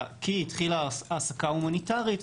כי היא התחילה העסקה הומניטרית,